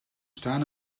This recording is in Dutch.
staan